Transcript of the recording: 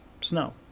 snow